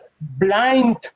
blind